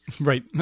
Right